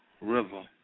River